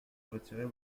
retirer